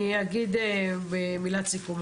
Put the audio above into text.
אני אגיד מילה לסיכום.